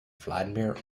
vladimir